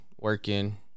working